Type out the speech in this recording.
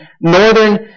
northern